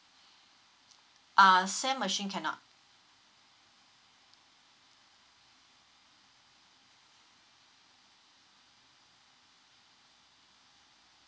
uh same machine cannot